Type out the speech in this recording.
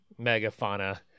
megafauna